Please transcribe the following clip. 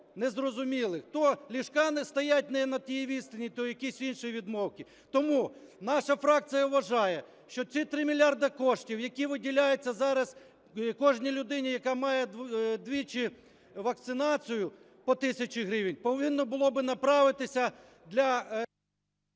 незрозумілих, то ліжка стоять не на тій відстані, то якісь інші відмовки. Тому наша фракція вважає, що ці 3 мільярди коштів, які виділяються зараз кожній людині, яка має двічі вакцинацію, по 1 тисячі гривень, повинно було би направитися для…